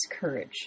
courage